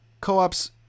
co-ops